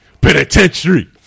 Penitentiary